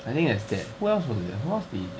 I think that's that who else was there who else did he